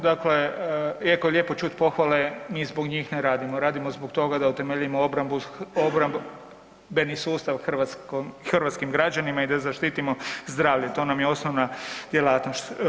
Dakle, iako je lijepo čut pohvale mi zbog njih ne radimo, radimo zbog toga da utemeljimo obrambeni sustav hrvatskim građanima i da zaštitimo zdravlje, to nam je osnovna djelatnost.